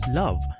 love